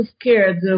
scared